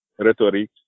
rhetoric